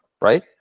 Right